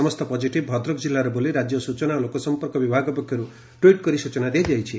ସମସ୍ତ ପଜିଟଭ୍ ଭଦ୍ରକ ଜିଲ୍ଲାର ବୋଲି ରାଜ୍ୟ ସୂଚନା ଓ ଲୋକ ସମ୍ମର୍କ ବିଭାଗ ପକ୍ଷରୁ ଟୁଇଟ୍ କରି ସୂଚନା ଦିଆଯାଇଛି